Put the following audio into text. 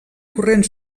corrent